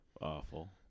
Awful